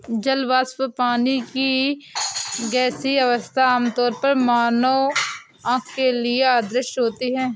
जल वाष्प, पानी की गैसीय अवस्था, आमतौर पर मानव आँख के लिए अदृश्य होती है